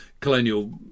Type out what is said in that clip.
colonial